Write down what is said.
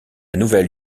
nouvelle